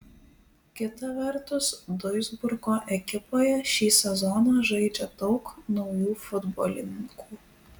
kita vertus duisburgo ekipoje šį sezoną žaidžia daug naujų futbolininkų